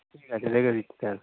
ঠিক আছে রেখে দিচ্ছি স্যার